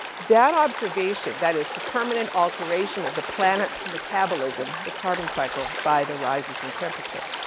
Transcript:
that observation, that is the permanent alteration of the planet's metabolism, the carbon cycle, by the rises in temperature,